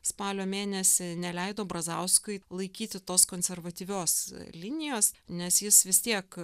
spalio mėnesį neleido brazauskui laikyti tos konservatyvios linijos nes jis vis tiek